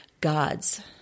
gods